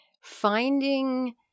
Finding